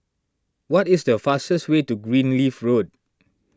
what is the fastest way to Greenleaf Road